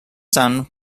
son